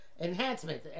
enhancement